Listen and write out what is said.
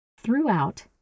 Throughout